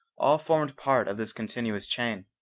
all formed part of this continuous chain.